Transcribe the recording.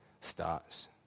starts